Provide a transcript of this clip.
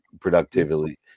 productively